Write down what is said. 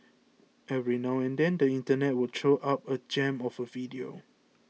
every now and then the internet will throw up a gem of a video